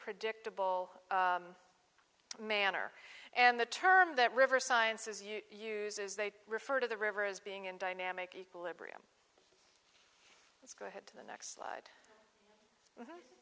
predictable manner and the term that river sciences you use is they refer to the river as being in dynamic equilibrium let's go ahead to the next slide